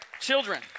children